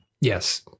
Yes